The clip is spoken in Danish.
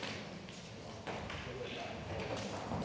Tak.